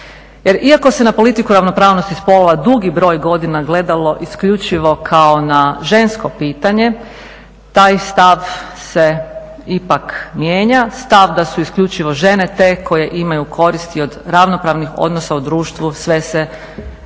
iako se na politiku ravnopravnosti spolova dugi broj godina gledalo isključivo kao na žensko pitanje, taj stav se ipak mijenja, stav da su isključivo žene te koje imaju koristi od ravnopravnih odnosa u društvu sve se ipak